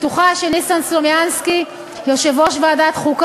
ואנחנו יודעים שנקבעו קווים ברורים מתי מותר ללכת מעבר ומתי לא.